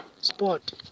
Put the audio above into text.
sport